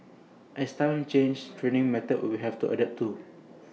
as times change training methods will have to adapt too